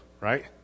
right